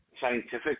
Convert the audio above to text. scientific